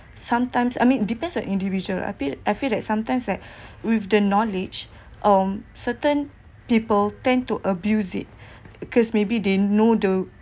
sometimes I mean depends on individual I pe~ I feel that sometimes like with the knowledge on certain people tend to abuse it because maybe they know the